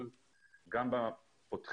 גם בין